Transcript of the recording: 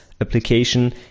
application